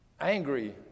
angry